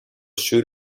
shoot